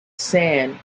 sand